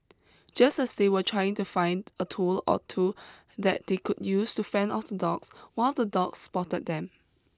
just stay they were trying to find a tool or two that they could use to fend off the dogs one of the dogs spotted them